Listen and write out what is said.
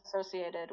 associated